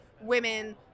women